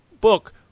book